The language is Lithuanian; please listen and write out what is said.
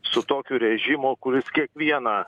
su tokiu režimu kuris kiekvieną